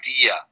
idea